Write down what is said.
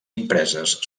impreses